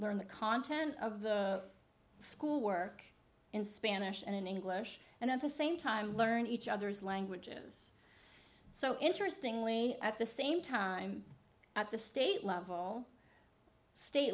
learn the content of the school work in spanish and in english and at the same time learn each other's languages so interesting lee at the same time at the state level state